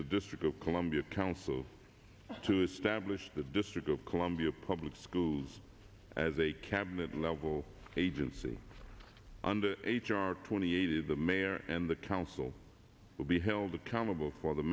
the district of columbia council to establish the district of columbia public schools as a cabinet level agency under h r twenty eight of the mayor and the council will be held accountable for the